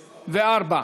ל-54.